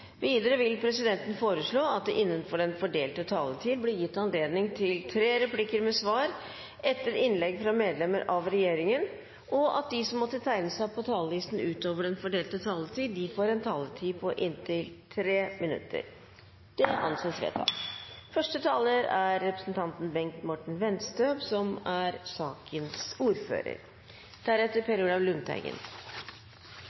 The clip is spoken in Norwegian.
Videre vil presidenten foreslå at det blir gitt anledning til seks replikker med svar etter innlegg fra medlemmer av regjeringen innenfor den fordelte taletid, og at de som måtte tegne seg på talerlisten utover den fordelte taletid, får en taletid på inntil 3 minutter. – Det anses vedtatt. Først en hjertelig takk til komiteen for et godt samarbeid om en krevende sak. Selv om vi ikke er enige, er